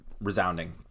resounding